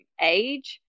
age